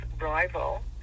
rival